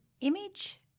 image